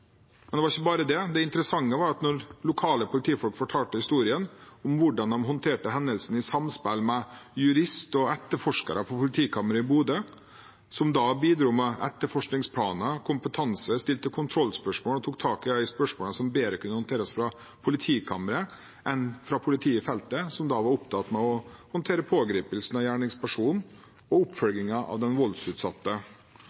Ikke bare det: Det interessante var historien lokale politifolk fortalte om hvordan de håndterte hendelsen i samspill med jurist og etterforskere på politikammeret i Bodø, som da bidro med etterforskningsplaner, kompetanse, stilte kontrollspørsmål og tok tak i de spørsmålene som bedre kunne håndteres av politikammeret enn av politiet i felten, som da var opptatt med å håndtere pågripelsen av gjerningspersonen og